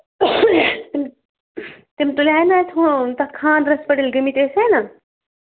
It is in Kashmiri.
تِم تُلہِ ہے نا اَسہِ ہُتھ خاندرَس پٮ۪ٹھ ییٚلہِ گٔمٕتۍ ٲسۍ ہے نا